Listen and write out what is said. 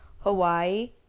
Hawaii